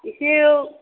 एसे